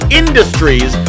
industries